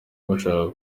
bashaka